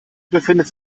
befindet